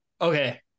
okay